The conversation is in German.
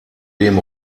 dem